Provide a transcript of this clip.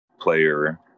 player